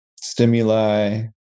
stimuli